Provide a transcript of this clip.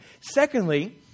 Secondly